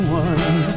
one